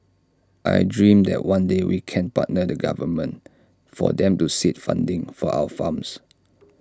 I dream that one day we can partner the government for them to seed funding for our farms